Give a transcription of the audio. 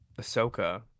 Ahsoka